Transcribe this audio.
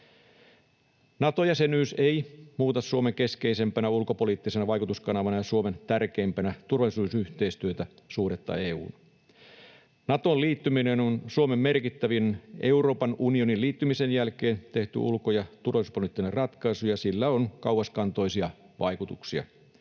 Nato-jäsenyys ei muuta Suomen keskeisimpänä ulkopoliittisena vaikutuskanavana ja Suomen tärkeimpänä turvallisuusyhteistyönä suhdetta EU:hun. Natoon liittyminen on Suomen merkittävin Euroopan unionin liittymisen jälkeen tehty ulko- ja turvallisuuspoliittinen ratkaisu, ja sillä on kauaskantoisia vaikutuksia